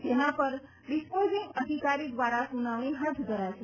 જેના પર ડિસ્પોઝિંગ અધિકારી દ્વારા સુનાવજ઼ી હાથ ધરાશે